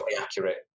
Accurate